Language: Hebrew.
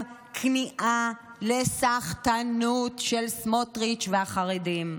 כניעה לסחטנות של סמוטריץ' והחרדים.